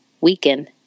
weaken